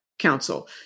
council